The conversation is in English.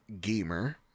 gamer